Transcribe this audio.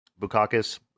Bukakis